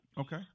Okay